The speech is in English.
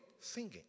singing